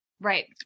Right